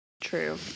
True